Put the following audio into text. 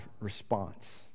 response